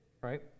Right